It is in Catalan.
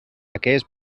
aquelles